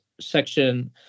Section